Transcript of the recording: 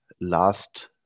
last